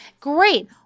Great